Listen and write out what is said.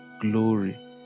glory